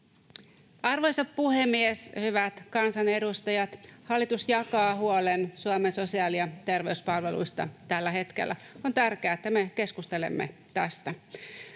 Arvoisa puhemies! Hyvät kansanedustajat! Hallitus jakaa huolen Suomen sosiaali- ja terveyspalveluista tällä hetkellä. On tärkeää, että me keskustelemme tästä.